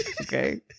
okay